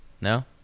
No